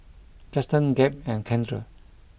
Juston Gabe and Kendra